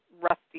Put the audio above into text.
rusty